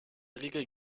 regel